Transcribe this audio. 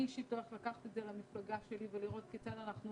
אני אישית הולכת לקחת את זה למפלגה שלי ולראות כיצד אנחנו